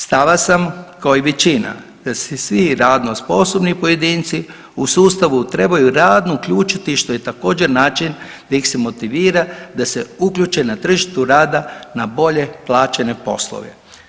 Stava sam kao i većina da se svi radno sposobni pojedinci u sustavu trebaju radno uključiti što je također način da ih se motivira da se uključe na tržište rada na bolje plaćene poslove.